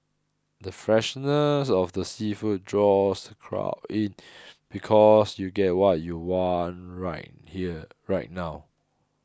the freshness of the seafood draws crowd in because you'll get what you want right here right now